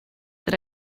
that